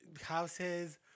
Houses